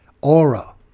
aura